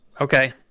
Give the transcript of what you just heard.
Okay